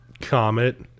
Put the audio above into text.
Comet